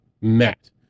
met